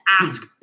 ask